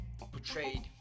portrayed